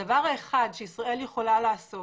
דבר אחד שישראל יכולה לעשות